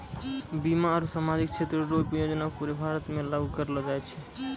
बीमा आरू सामाजिक क्षेत्र रो योजना पूरे भारत मे लागू करलो जाय छै